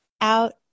out